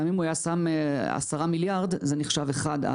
גם אם הוא היה שם 10 מיליארד זה נחשב אחד.